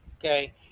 Okay